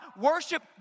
worship